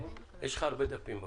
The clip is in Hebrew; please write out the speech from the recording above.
יש לך הרבה דפים במצגת,